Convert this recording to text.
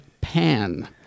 Pan